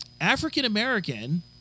African-American